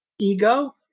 Ego